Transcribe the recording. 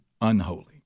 unholy